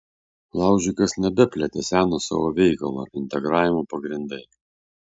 laužikas nebeplėtė seno savo veikalo integravimo pagrindai